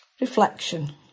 Reflection